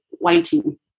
waiting